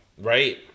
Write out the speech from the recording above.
Right